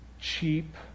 cheap